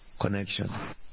connection